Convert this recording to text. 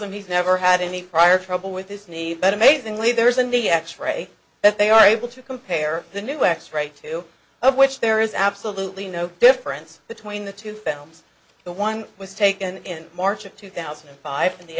them he's never had any prior trouble with this need but amazingly there isn't the x ray that they are able to compare the new x ray to which there is absolutely no difference between the two films the one was taken in march of two thousand and five and the